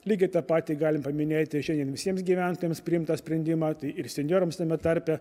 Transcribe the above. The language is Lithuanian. lygiai tą patį galim paminėti šiandien visiems gyventojams priimtą sprendimą tai ir senjorams tame tarpe